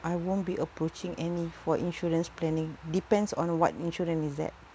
I won't be approaching any for insurance planning depends on what insurance is that